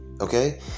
okay